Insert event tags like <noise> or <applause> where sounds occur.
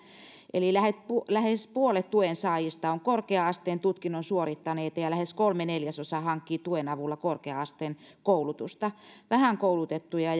eli lähes puolet tuen saajista on korkea asteen tutkinnon suorittaneita ja lähes kolme neljäsosaa hankkii tuen avulla korkea asteen koulutusta vähän koulutettuja <unintelligible>